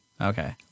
Okay